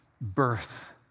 birth